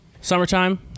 summertime